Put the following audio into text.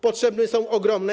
Potrzeby są ogromne.